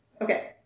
Okay